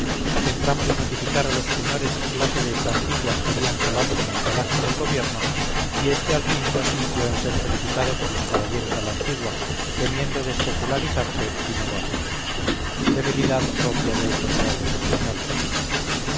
entramos a notificar a los señores qué clase de estantiguas querían colarse en el palacio del gobierno y este al fin consintió en ser felicitado por los caballeros a la antigua temiendo despopularizarse si no lo hacía debilidad propia de autoridades españolas